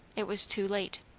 it was too late.